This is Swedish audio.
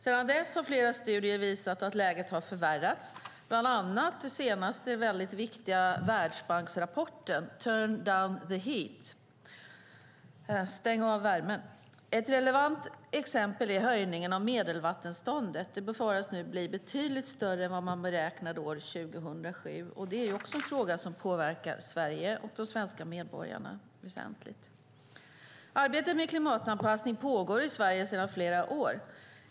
Sedan dess har flera studier visat att läget har förvärrats, bland annat den senaste mycket viktiga Världsbanksrapporten Turn down the heat . Ett relevant exempel är höjningen av medelvattenståndet. Det befaras nu bli betydligt högre än vad man beräknade år 2007. Det är också en fråga som påverkar Sverige och de svenska medborgarna väsentligt. Arbetet med klimatanpassning pågår i Sverige sedan flera år.